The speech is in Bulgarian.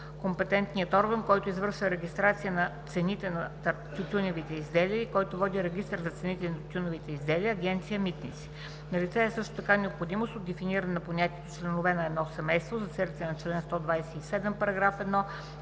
компетентният орган, който да извършва регистрация на цените на тютюневите изделия, както и да води Регистър на цените на тютюневите изделия – Агенция „Митници“. Налице е също така необходимост от дефиниране на понятието „членове на едно семейство“ за целите на чл. 127, параграф 1,